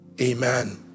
Amen